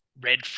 red